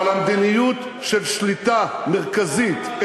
אבל המדיניות של שליטה מרכזית,